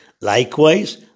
Likewise